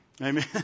Amen